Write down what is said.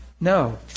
No